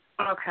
Okay